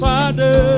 Father